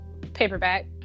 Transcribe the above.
Paperback